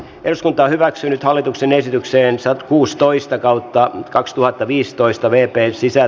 eduskunta hyväksynyt hallituksen esitykseen saa kuusitoista kautta kaksituhattaviisitoista vergnen sisä